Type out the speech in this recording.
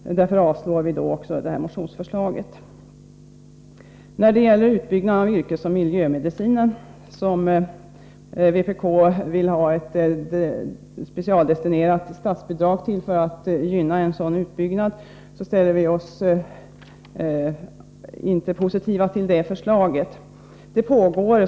Därför avstyrker utskottet detta motionsförslag. När det gäller vpk-förslaget om ett specialdestinerat statsbidrag för en utbyggnad av yrkesoch miljömedicinen ställer vi oss inte positiva.